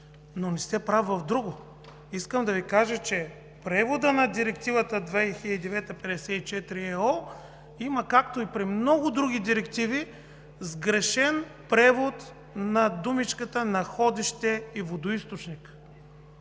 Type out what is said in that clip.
Но не сте прав в друго – искам да Ви кажа, че в Директивата 2009/54/ЕО, както и при много други директиви, има сгрешен превод на думичките „находище“ и „водоизточник“.